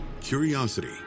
curiosity